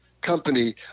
company